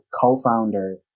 co-founder